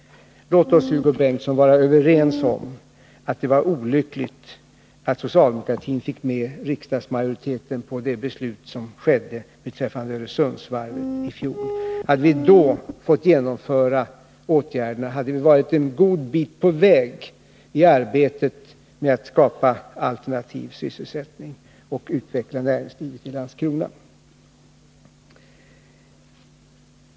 Låt oss, Hugo Bengtsson, vara överens om att det var olyckligt att socialdemokratin fick med riksdagsmajoriteten på det beslut som togs beträffande Öresundsvarvet i fjol. Hade vi då fått genomföra åtgärderna, hade vi varit en god bit på väg i arbetet med att skapa alternativ sysselsättning och utveckla näringslivet i Landskrona.